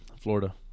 Florida